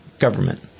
government